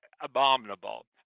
abominable